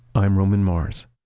i'm roman mars.